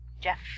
Jeff